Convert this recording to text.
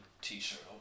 t-shirt